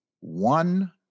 one